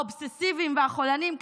האובססיביים והחולניים,